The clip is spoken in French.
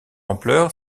ampleur